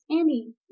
Annie